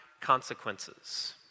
Consequences